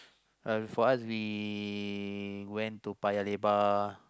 uh for us we went to Paya-Lebar